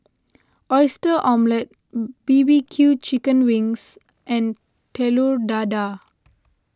Oyster Omelette B B Q Chicken Wings and Telur Dadah